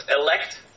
elect